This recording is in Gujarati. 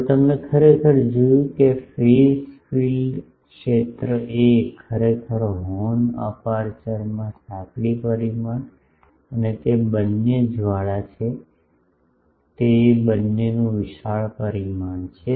હવે તમે ખરેખર જોયું કે ફેજ ફીલ્ડ ક્ષેત્ર a ખરેખર હોર્ન અપેર્ચરમાં સાંકડી પરિમાણ અને તે બંને જ્વાળા છે તે બંનેનું વિશાળ પરિમાણ છે